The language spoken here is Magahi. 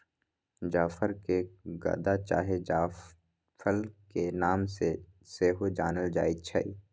जाफर के गदा चाहे जायफल के नाम से सेहो जानल जाइ छइ